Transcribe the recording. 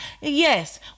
Yes